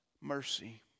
mercy